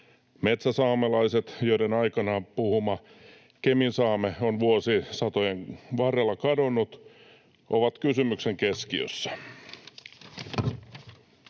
Metsäsaamelaiset, joiden aikanaan puhuma keminsaame on vuosisatojen varrella kadonnut, ovat kysymyksen keskiössä.